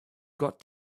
got